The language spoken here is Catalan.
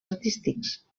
artístics